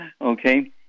okay